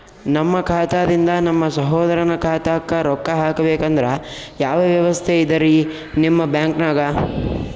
ನಮ್ಮ ಖಾತಾದಿಂದ ನಮ್ಮ ಸಹೋದರನ ಖಾತಾಕ್ಕಾ ರೊಕ್ಕಾ ಹಾಕ್ಬೇಕಂದ್ರ ಯಾವ ವ್ಯವಸ್ಥೆ ಇದರೀ ನಿಮ್ಮ ಬ್ಯಾಂಕ್ನಾಗ?